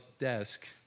desk